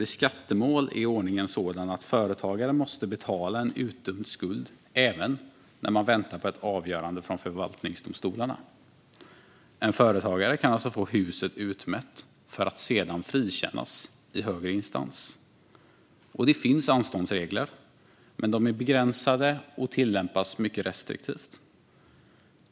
I skattemål är ordningen sådan att företagare måste betala en utdömd skuld även när man väntar på ett avgörande från förvaltningsdomstolarna. En företagare kan alltså få huset utmätt för att sedan frikännas i högre instans. Det finns anståndsregler, men de är begränsade och tillämpas mycket restriktivt.